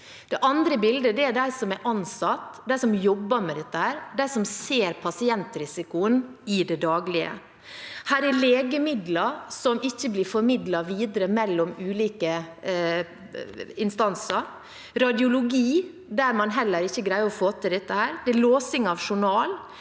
Det andre bildet er de som er ansatt, de som jobber med dette, de som ser pasientrisikoen i det daglige. Det er legemidler som ikke blir formidlet videre mellom ulike instanser, radiologi der man heller ikke greier å få til dette, og det er låsing av journal.